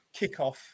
kickoff